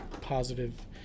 positive